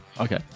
Okay